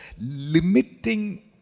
limiting